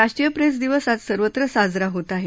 राष्ट्रीय प्रेस दिवस आज सर्वत्र साजरा होत आहे